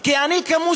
כי אני כמוסלמי,